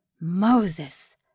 Moses